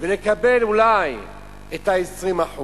ולקבל אולי את ה-20%?